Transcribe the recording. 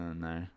no